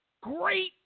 great